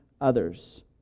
others